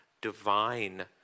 divine